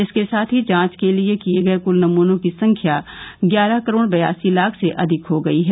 इसके साथ ही जांच किए गए कुल नमूनों की संख्या ग्यारह करोड़ बयालीस लाख से अधिक हो गई है